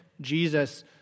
Jesus